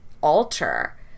alter